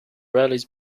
rallies